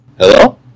Hello